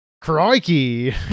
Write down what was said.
Crikey